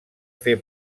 fer